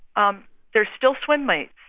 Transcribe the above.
um there's still swim meets.